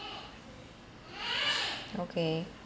okay